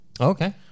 okay